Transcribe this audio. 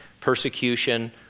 persecution